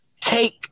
take